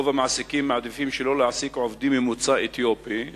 רוב המעסיקים מעדיפים שלא להעסיק עובדים ממוצא אתיופי,